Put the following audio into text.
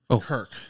Kirk